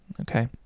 okay